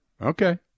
Okay